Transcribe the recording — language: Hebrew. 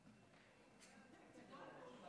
נתקבל.